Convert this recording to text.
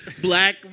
black